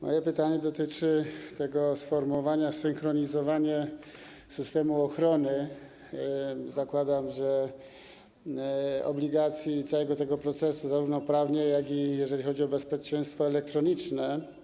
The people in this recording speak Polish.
Moje pytanie dotyczy tego sformułowania: zsynchronizowanie systemu ochrony, jak zakładam, obligacji i całego tego procesu zarówno prawnie, jak i jeżeli chodzi o bezpieczeństwo elektroniczne.